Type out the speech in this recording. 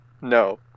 No